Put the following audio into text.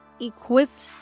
equipped